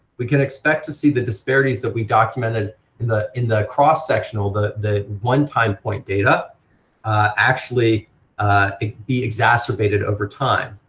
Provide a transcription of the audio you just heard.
we could expect to see the disparities that we documented in the in the cross-section of the the one time point data actually be exacerbated over time